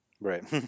Right